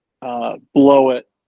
blow-it